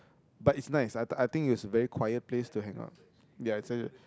but it's nice I I I think it's a very quiet place to hang out ya it's a